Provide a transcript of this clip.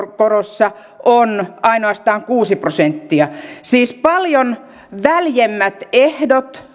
korossa on ainoastaan kuusi prosenttia siis paljon väljemmät ehdot